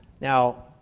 Now